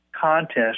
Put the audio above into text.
contest